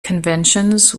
conventions